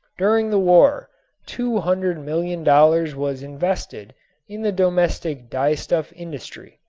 during the war two hundred million dollars was invested in the domestic dyestuff industry.